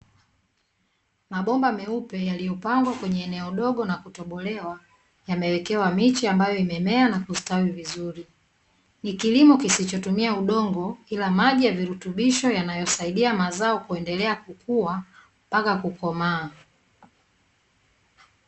Mabomba meupe yaliyopangwa kwenye eneo dogo na kutobolewa, yamewekewa miche ambayo imemea na kustawi vizuri. Ni kilimo kisichotumia udongo, ila maji ya virutubisho yanayosaidia mazao kuendelea kukua, mpaka kukomaa.